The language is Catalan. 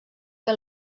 que